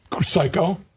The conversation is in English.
psycho